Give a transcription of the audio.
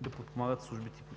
да подпомагат службите по